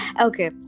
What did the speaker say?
Okay